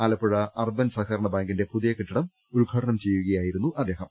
ആല പ്പുഴ അർബൻ സഹകരണ ബാങ്കിന്റെ പുതിയ കെട്ടിടം ഉദ്ഘാടനം ചെയ്യുകയായിരുന്നു അദ്ദേഹം